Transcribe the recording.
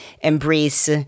embrace